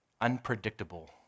unpredictable